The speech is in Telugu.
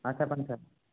చెప్పండి సార్